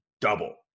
double